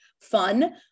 fun